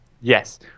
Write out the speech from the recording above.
Yes